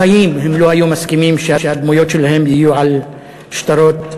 בחיים הם לא היו מסכימים שהדמויות שלהם יהיו על שטרות כסף,